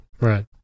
Right